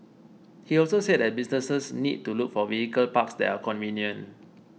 he also said that businesses need to look for vehicle parks that are convenient